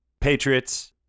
Patriots